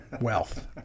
wealth